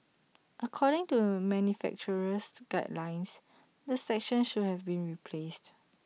according to the manufacturer's guidelines the section should have been replaced